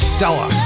Stella